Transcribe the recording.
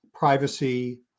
Privacy